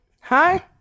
Hi